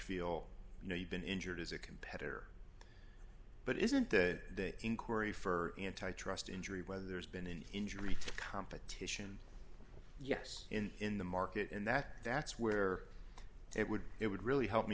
feel you know you've been injured as a competitor but isn't that inquiry for antitrust injury whether there's been an injury to competition yes in in the market and that that's where it would it would really help me